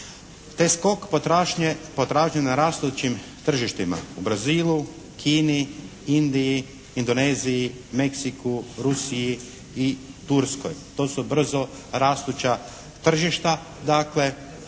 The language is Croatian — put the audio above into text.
te skok potražnje na rastućim tržištima, u Brazilu, Kini, Indiji, Indoneziji, Meksiku, Rusiji i Turskoj. To su brzorastuća tržišta, dakle